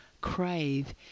crave